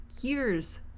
years